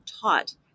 taught